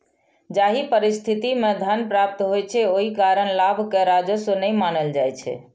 जाहि परिस्थिति मे धन प्राप्त होइ छै, ओहि कारण लाभ कें राजस्व नै मानल जाइ छै